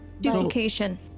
Duplication